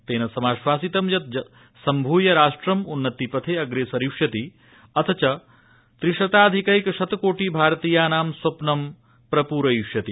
तेन समाश्वासितं यत् सम्भ्य राष्ट्रम् उन्नतिपथे अग्रेसरिष्यति अध च त्रिशताधिकैकशतकोटि भारतीयानां स्वप्नं प्रपूर्विष्यति